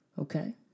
Okay